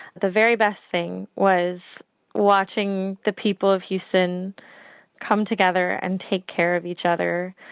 the very best thing was watching the people of houston come together and take care of each other.